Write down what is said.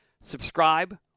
subscribe